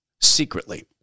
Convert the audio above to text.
secretly